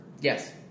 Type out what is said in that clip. Yes